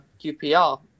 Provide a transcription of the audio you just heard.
QPR